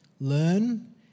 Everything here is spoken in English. learn